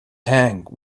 tank